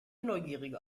neugierige